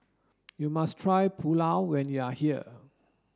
you must try Pulao when you are here